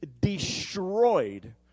destroyed